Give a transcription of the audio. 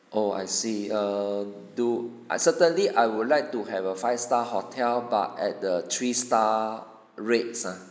oh I see err do certainly I would like to have a five star hotel but at the three star rates ah